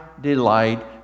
delight